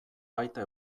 baita